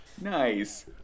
Nice